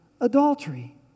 adultery